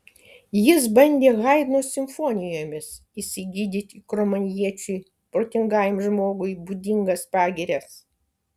jis bandė haidno simfonijomis išsigydyti kromanjoniečiui protingajam žmogui būdingas pagirias